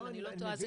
אם אני לא טועה,